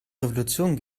revolution